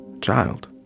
child